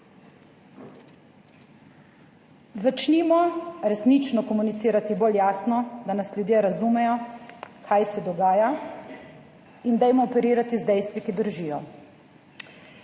Začnimo resnično komunicirati bolj jasno, da nas ljudje razumejo kaj se dogaja in dajmo operirati z dejstvi, ki držijo.